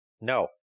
No